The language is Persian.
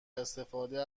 استفاده